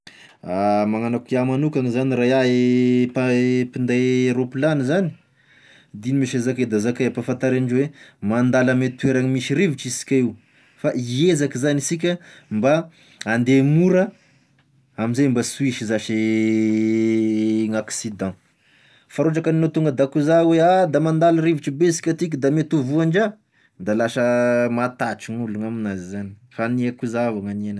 Magnano akoa iaho magnokany zany raha iahy i mpa- i- mpinday roapilagny zany, d'igno moa she zakay fa de zakay, ampahafantary indreo hoe mandalo ame toeragny misy rivotry isika io, fa hiezaka zany isika mba hande mora am'zay mba sy ho hisy zash i gn'accident, fa raha ohatra ka anao ko da koa zao hoe ah da mandalo rivotry be isika ty ka da mety ho voandraha da lasa matahatre gn'olo amin'azy zany, fa agniheko zaho gnagniegn'azy.